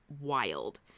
wild